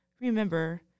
remember